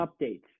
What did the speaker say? updates